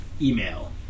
email